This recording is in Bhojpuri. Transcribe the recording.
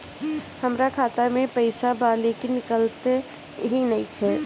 हमार खाता मे पईसा बा लेकिन निकालते ही नईखे?